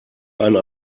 einen